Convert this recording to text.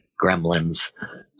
Gremlins